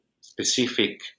specific